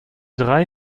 drei